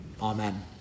Amen